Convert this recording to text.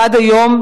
אבל עד היום,